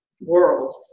World